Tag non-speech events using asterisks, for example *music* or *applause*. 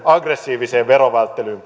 aggressiiviseen verovälttelyyn *unintelligible*